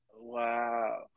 Wow